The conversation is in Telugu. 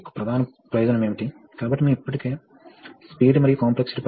ఇది మునుపటి సమస్య కానీ అది ఎలా నిర్ణయిస్తుంది మీరు గుర్తించండి